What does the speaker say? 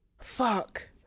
fuck